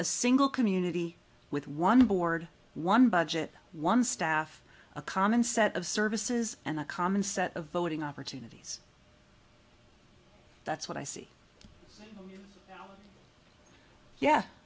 a single community with one board one budget one staff a common set of services and a common set of voting opportunities that's what i see yeah